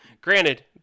granted